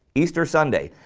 easter sunday,